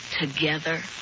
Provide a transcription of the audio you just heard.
together